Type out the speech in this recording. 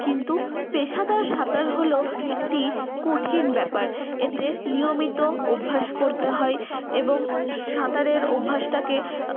কিন্তু পেশাদার সাঁতার হল একটি কঠিন ব্যাপার এতে নিয়মিত অভ্যাস করতে হয় এবং সাঁতারের অভ্যাসটাকে